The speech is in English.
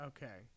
Okay